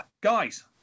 Guys